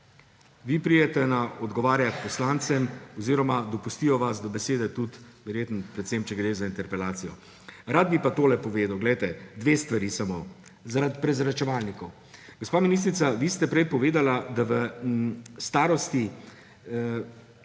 Vi pridete odgovarjati poslancem oziroma dopustijo vas do besede tudi verjetno predvsem, če gre za interpelacijo. Rad bi pa tole povedal, poglejte. Dve stvari samo zaradi prezračevalnikov. Gospa ministrica, vi ste prej povedali, da v starosti